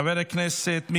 חבר הכנסת אלעזר שטרן,